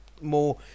more